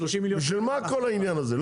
בשביל מה כל העניין הזה?